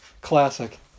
Classic